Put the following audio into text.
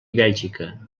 bèlgica